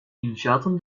i̇nşaatın